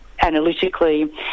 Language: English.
analytically